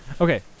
Okay